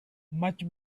much